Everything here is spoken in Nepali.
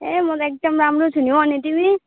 ए म त एकदम राम्रो छु नि हो अनि तिमी